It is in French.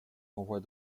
envoie